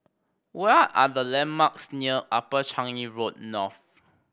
what are the landmarks near Upper Changi Road North